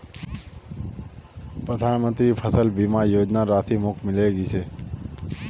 प्रधानमंत्री फसल बीमा योजनार राशि मोक मिले गेल छै